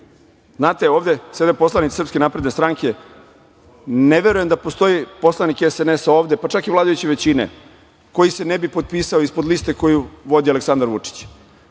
ime. Znate, ovde sede poslanici SNS, ne verujem da postoji poslanik SNS ovde, pa čak i vladajuće većine koji se ne bi potpisao ispod liste koju vodi Aleksandar Vučić.